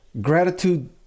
Gratitude